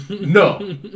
no